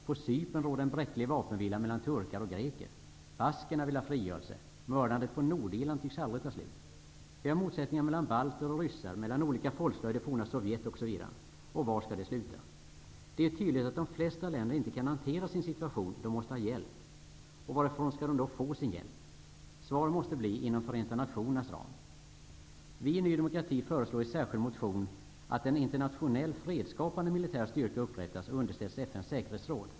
På Cypern råder en bräcklig vapenvila mellan turkar och greker. Baskerna vill ha frigörelse. Mördandet på Nordirland tycks aldrig ta slut. Det förekommer motsättningar mellan balter och ryssar, mellan olika folkslag i det forna Sovjet osv. Var skall det sluta? Det är tydligt att de flesta länder inte kan hantera sin situation. De måste ha hjälp. Varifrån skall de få hjälp? Svaret måste bli: inom Förenta nationernas ram. Vi i Ny demokrati föreslår i en särskild motion att en internationell fredsskapande militär styrka upprättas och underställs FN:s säkerhetsråd.